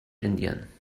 indien